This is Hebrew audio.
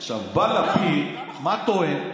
עכשיו בא לפיד, מה טוען?